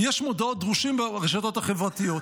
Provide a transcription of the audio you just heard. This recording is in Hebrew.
יש מודעות דרושים ברשתות החברתיות.